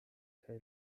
kaj